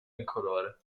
incolore